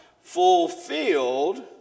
Fulfilled